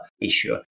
issue